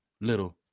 little